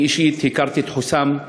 אני אישית הכרתי את חוסאם,